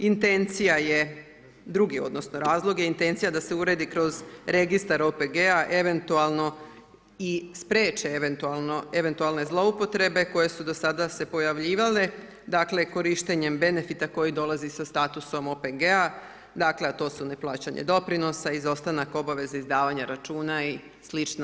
Intencija je, drugi odnosno razlog je intencija da se uredi kroz registar OPG-a, eventualno i spriječe eventualne zloupotrebe koje su do sada se pojavljivale, dakle korištenjem benefita koji dolazi sa statusom OPG-a, dakle, a to su neplaćanje doprinosa, izostanak obaveza davanja računa i slično.